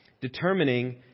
determining